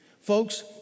folks